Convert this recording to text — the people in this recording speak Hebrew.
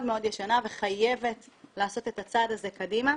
מאוד ישנה וחייבת לעשות את הצעד הזה קדימה.